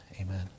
amen